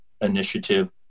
Initiative